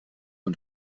und